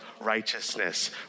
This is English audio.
righteousness